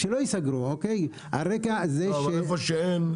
אבל איפה שאין?